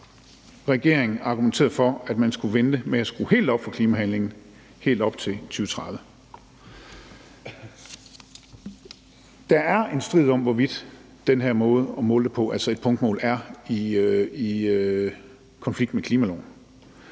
regering argumenterede for, at man skulle vente helt frem til 2030 med at skrue helt op for klimahandlingen. Der er en strid om, hvorvidt den her måde at måle det på, altså via et punktmål, er i konflikt med klimaloven.